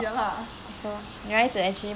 ya lah so